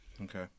Okay